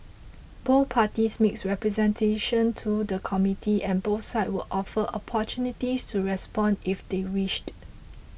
both parties made representations to the committee and both sides were offered opportunities to respond if they wished